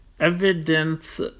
Evidence